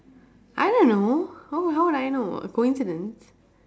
I don't know how how would I know a coincidence